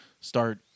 start